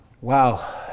Wow